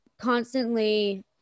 constantly